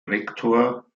rektor